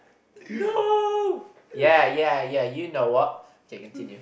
no ya ya ya you know what okay continue